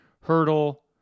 Hurdle